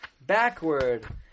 backward